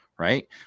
Right